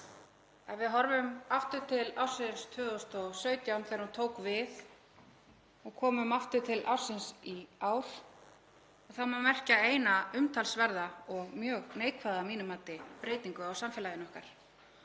Ef við horfum aftur til ársins 2017 þegar hún tók við og komum aftur til ársins í ár þá má merkja eina umtalsverða og að mínu mati mjög neikvæða breytingu á samfélaginu okkar.